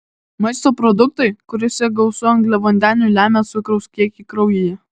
maisto produktai kuriuose gausu angliavandenių lemia cukraus kiekį kraujyje